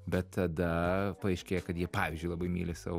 bet tada paaiškėja kad jie pavyzdžiui labai myli savo